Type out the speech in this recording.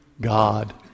God